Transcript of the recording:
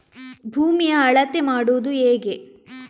ಭೂಮಿಯ ಅಳತೆ ಮಾಡುವುದು ಹೇಗೆ?